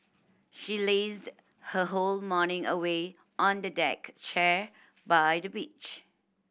she lazed her whole morning away on a deck chair by the beach